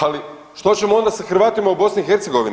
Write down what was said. Ali što ćemo onda sa Hrvatima u BiH?